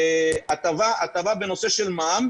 הטבה בנושא של מע"מ.